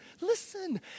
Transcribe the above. listen